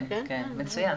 כן, מצוין.